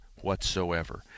whatsoever